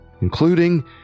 including